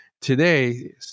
today